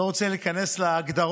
אני לא רוצה להיכנס להגדרות,